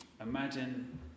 Imagine